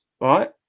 right